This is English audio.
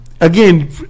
again